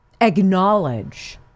acknowledge